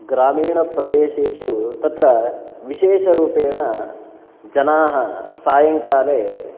ग्रामीणप्रदेशेषु तत्र विशेषरूपेण जनाः सायङ्काले